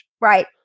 Right